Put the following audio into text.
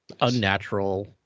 unnatural